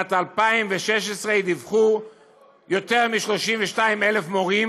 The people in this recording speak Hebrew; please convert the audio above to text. בשנת 2016 דיווחו יותר מ-32,000 מורים